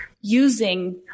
using